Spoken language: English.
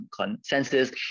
Consensus